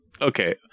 okay